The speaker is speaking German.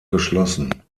geschlossen